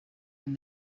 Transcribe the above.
and